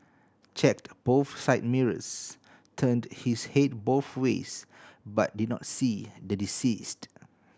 checked both side mirrors turned his head both ways but did not see the deceased